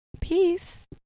Peace